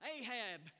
Ahab